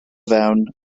fewn